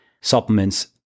supplements